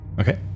Okay